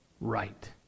right